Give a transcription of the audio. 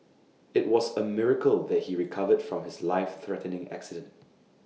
IT was A miracle that he recovered from his life threatening accident